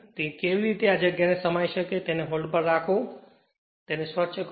તે કેવી રીતે આ જગ્યા ને સમાઈ શકે તેને હોલ્ડ પર રાખો અને તેને સ્વચ્છ કરો